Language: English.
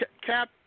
Cap